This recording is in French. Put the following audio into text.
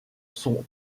sont